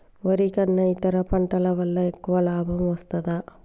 వరి కన్నా ఇతర పంటల వల్ల ఎక్కువ లాభం వస్తదా?